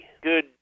good